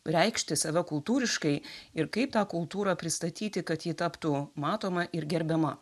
reikšti save kultūriškai ir kaip tą kultūrą pristatyti kad ji taptų matoma ir gerbiama